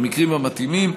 במקרים המתאימים,